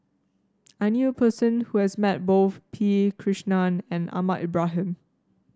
I knew a person who has met both P Krishnan and Ahmad Ibrahim